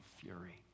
fury